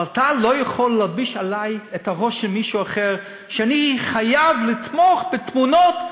אבל אתה לא יכול להלביש עלי שאני חייב לתמוך בתמונות,